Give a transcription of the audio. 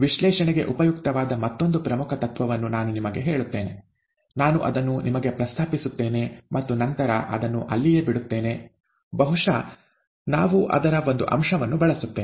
ವಿಶ್ಲೇಷಣೆಗೆ ಉಪಯುಕ್ತವಾದ ಮತ್ತೊಂದು ಪ್ರಮುಖ ತತ್ವವನ್ನು ನಾನು ನಿಮಗೆ ಹೇಳುತ್ತೇನೆ ನಾನು ಅದನ್ನು ನಿಮಗೆ ಪ್ರಸ್ತಾಪಿಸುತ್ತೇನೆ ಮತ್ತು ನಂತರ ಅದನ್ನು ಅಲ್ಲಿಯೇ ಬಿಡುತ್ತೇನೆ ಬಹುಶಃ ನಾವು ಅದರ ಒಂದು ಅಂಶವನ್ನು ಬಳಸುತ್ತೇವೆ